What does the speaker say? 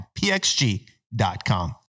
pxg.com